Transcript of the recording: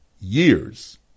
Years